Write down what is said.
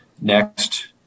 next